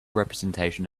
representation